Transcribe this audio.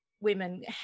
women